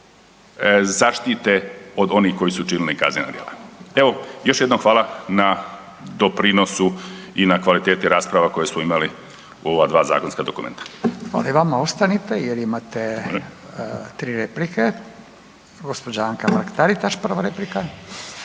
zaštite od onih koji su učinili kaznena djela. Evo još jednom hvala na doprinosu i na kvaliteti rasprava koje smo imali u ova dva zakonska dokumenta. **Radin, Furio (Nezavisni)** Hvala i vama ostanite jer imate 3 replike. Gospođa Anka Mrak Taritaš, prva replika.